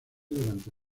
durante